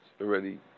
already